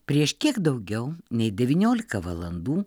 prieš kiek daugiau nei devyniolika valandų